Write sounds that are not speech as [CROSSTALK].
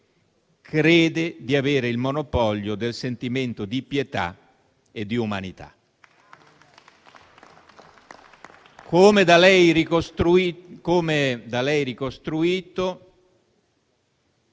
crede di avere il monopolio del sentimento di pietà e di umanità. [APPLAUSE] Come da lei ricostruito,